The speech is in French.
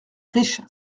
riche